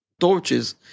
torches